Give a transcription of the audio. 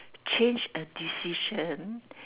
change a decision